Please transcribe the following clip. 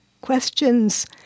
Questions